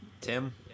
Tim